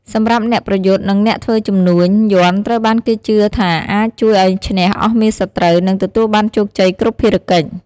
សម្រាប់អ្នកប្រយុទ្ធ និងអ្នកធ្វើជំនួញ យ័ន្តត្រូវបានគេជឿថាអាច ជួយឱ្យឈ្នះអស់មារសត្រូវ និងទទួលបានជោគជ័យគ្រប់ភារកិច្ច។